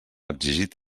exigit